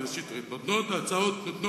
הצעות, חבר הכנסת שטרית, "הצעות נותנות".